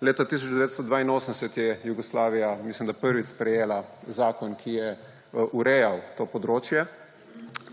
leta 1982 je Jugoslavija, mislim da, prvič sprejela zakon, ki je urejal to področje.